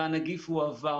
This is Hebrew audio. והנגיף הועבר.